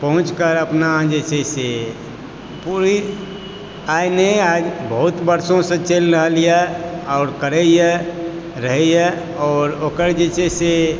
पहुँचकऽ अपना जे छै से कोइ आइ नहि बहुत वर्षोंसँ चलि रहल यऽ आओर करयए रहयए आओर ओकर जे छै से